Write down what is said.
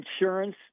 insurance